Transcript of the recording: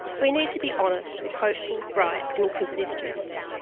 we need to be honest with hopeful, bright and inquisitive students.